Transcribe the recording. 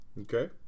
Okay